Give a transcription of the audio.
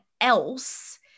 else